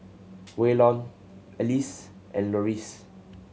Waylon Alyse and Loris